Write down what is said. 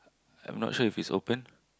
I'm not sure if it is open